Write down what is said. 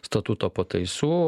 statuto pataisų